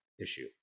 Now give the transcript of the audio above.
issue